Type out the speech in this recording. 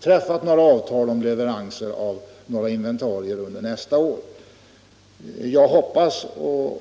träffat avtal om leveranser av inventarier under påföljande år.